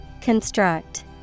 Construct